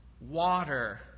water